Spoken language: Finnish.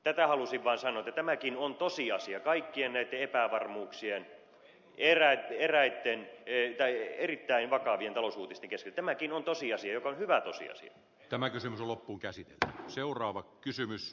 tätä halusin vain sanoa että tämäkin on tosiasia kaikkien näitten epävarmuuksien ja erittäin vakavien talousuutisten keskellä tämäkin on tosiasia hyvä tosiasia että mäkisen loppunkäsitettä seuraava kysymys